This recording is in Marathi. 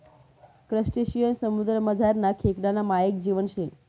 क्रसटेशियन समुद्रमझारना खेकडाना मायेक जीव शे